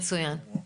מצוין.